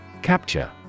Capture